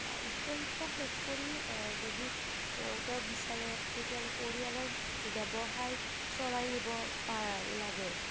উচ্চশিক্ষা শেষ কৰি যদি তেওঁ বিচাৰে তেতিয়াহ'লে পৰিয়ালৰ ব্যৱসায় চলাই নিব পা লাগে